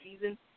season